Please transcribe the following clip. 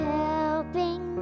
helping